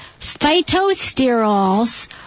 Phytosterols